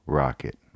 rocket